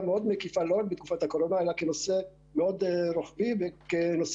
מאוד מקיפה לא רק בתקופת הקורונה אלא כנושא רוחבי וממוקד,